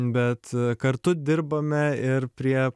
bet kartu dirbame ir prie